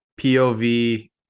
POV